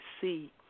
see